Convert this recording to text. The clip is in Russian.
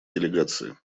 делегации